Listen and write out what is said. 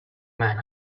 man